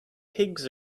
pigs